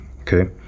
okay